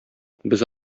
без